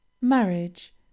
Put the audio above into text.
marriage